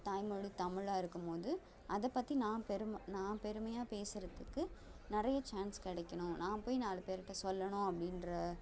தாய் மொழி தமிழாக இருக்கும் போது அதை பற்றி நான் பெருமை நான் பெருமையாக பேசுகிறத்துக்கு நிறைய சான்ஸ் கிடைக்கணும் நான் போய் நாலு பேருகிட்ட சொல்லணும் அப்படீன்ற